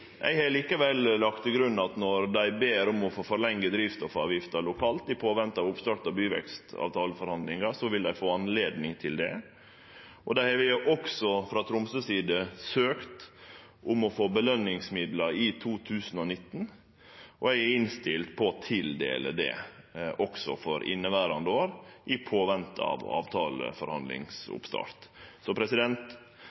Eg har likevel lagt til grunn at når dei ber om få drivstoffavgifta forlenga lokalt medan ein ventar på byvekstavtaleforhandlingar, vil dei få høve til det. Frå Tromsøs side har dei søkt om å få påskjønningsmidlar i 2019, og eg er innstilt på å tildele det for inneverande år, medan ein ventar på oppstart av